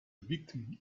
victim